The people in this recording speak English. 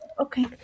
Okay